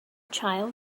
child